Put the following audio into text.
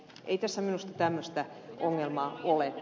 ei tässä minusta tämmöistä ongelmaa ole